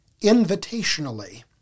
invitationally